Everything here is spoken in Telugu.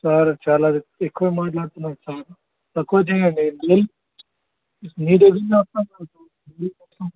సార్ చాలా ఎక్కువ మాట్లాడుతున్నారు సార్ తక్కువ చేయండి